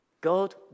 God